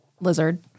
Lizard